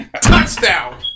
touchdown